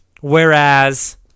whereas